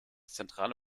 zentrale